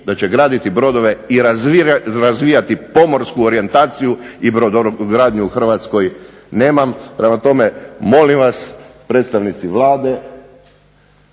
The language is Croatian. da će graditi brodove i razvijati pomorsku orijentaciju i brodogradnju u Hrvatskoj nemam, prema tome molim vas predstavnici Vlade,